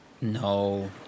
No